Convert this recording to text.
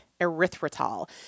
erythritol